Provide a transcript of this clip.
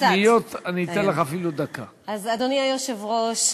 אדוני היושב-ראש,